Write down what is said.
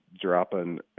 dropping